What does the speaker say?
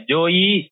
Joey